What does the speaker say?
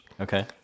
okay